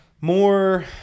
more